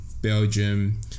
Belgium